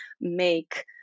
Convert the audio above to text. make